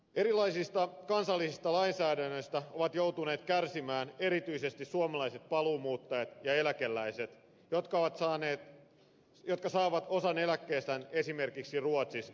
erilaisista kansallisista lainsäädännöistä ovat joutuneet kärsimään erityisesti suomalaiset paluumuuttajat ja eläkeläiset jotka saavat osan eläkkeestään esimerkiksi ruotsista